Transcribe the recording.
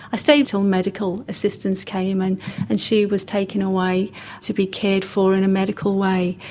i stayed until medical assistance came and and she was taken away to be cared for in a medical way.